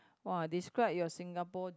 !wah! describe your Singapore